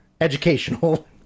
educational